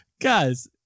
guys